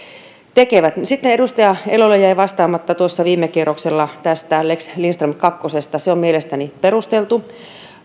tekevät sitten edustaja elolle jäi vastaamatta tuossa viime kierroksella tästä lex lindström kakkosesta se on mielestäni perusteltu